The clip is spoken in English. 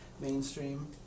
mainstream